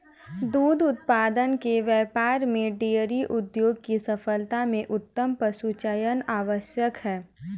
दुग्ध उत्पादन के व्यापार में डेयरी उद्योग की सफलता में उत्तम पशुचयन आवश्यक है